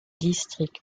districts